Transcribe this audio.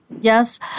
Yes